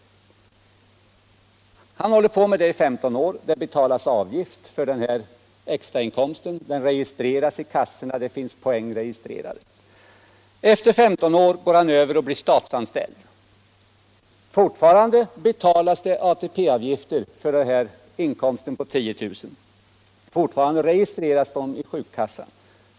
Han håller på med detta i 15 år. Det betalas avgift för extrainkomsten; det finns poäng registrerad i kassorna. Efter 15 år går han över och blir statsanställd. Fortfarande betalas det ATP-avgifter för den extra inkomsten på 10 000 kr., fortfarande registreras den i sjukkassan.